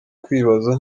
kwibaza